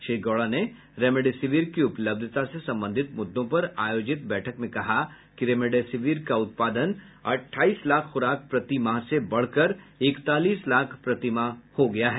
श्री गौड़ा ने रेमडेसिविर की उपलब्धता से संबंधित मुद्दों पर आयोजित बैठक में कहा कि रेमडेसिविर का उत्पादन अट्ठाईस लाख ख्राक प्रति माह से बढ़कर इकतालीस लाख प्रति माह हो गया है